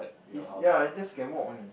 is ya just can walk only